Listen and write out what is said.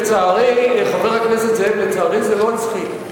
חבר הכנסת זאב, לצערי, זה לא הצחיק.